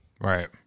Right